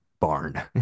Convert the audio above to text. barn